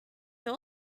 been